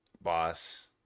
boss